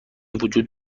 وجود